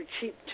cheap